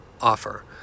offer